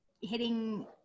hitting